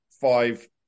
five